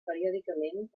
periòdicament